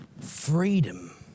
Freedom